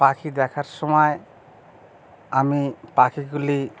পাখি দেখার সময় আমি পাখিগুলি